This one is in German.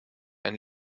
ein